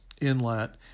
inlet